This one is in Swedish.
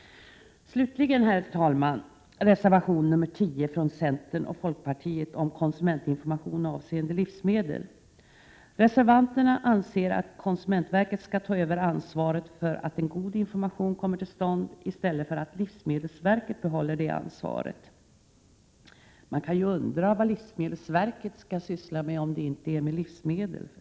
Slutligen, herr talman, något om reservation nr 10 från centern och folkpartiet om konsumentinformation avseende livsmedel. Reservanterna anser att konsumentverket skall ta över ansvaret för att en god information kommer till stånd i stället för att livsmedelsverket behåller det ansvaret. Man 23 Prot. 1987/88:124 kan förstås undra vad livsmedelsverket skall syssla med om det inte är med livsmedel.